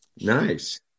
Nice